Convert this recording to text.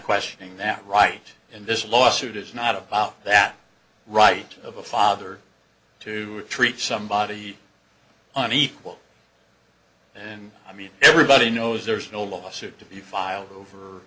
questioning that right in this lawsuit is not about that right of a father to treat somebody on equal and i mean everybody knows there's no lawsuit to be filed over